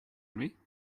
understand